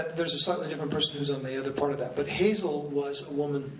there's a slightly different person who's on the other part of that. but hazel was a woman,